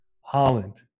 Holland